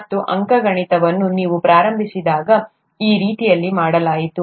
ಮತ್ತು ಅಂಕಗಣಿತವನ್ನು ನೀವು ಪ್ರಾರಂಭಿಸಿದಾಗ ಆ ರೀತಿಯಲ್ಲಿ ಮಾಡಲಾಯಿತು